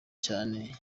cyane